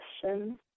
question